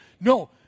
no